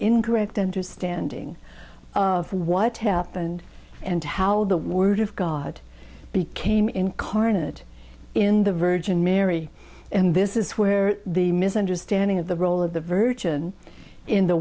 incorrect understanding of what happened and how the word of god became incarnate in the virgin mary and this is where the misunderstanding of the role of the virgen in the